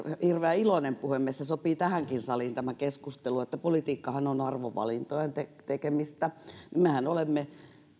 hirveän iloinen puhemies ja sopii tähänkin saliin tämä keskustelu että politiikkahan on arvovalintojen tekemistä mehän olemme